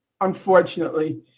unfortunately